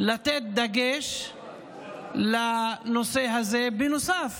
לתת דגש לנושא הזה, בנוסף